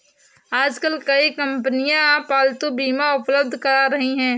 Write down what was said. आजकल कई कंपनियां पालतू बीमा उपलब्ध करा रही है